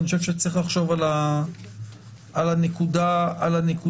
אני חושב שצריך לחשוב על הנקודה הזו.